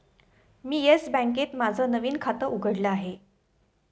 मी Yes बँकेत माझं नवीन खातं उघडलं आहे